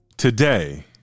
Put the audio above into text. Today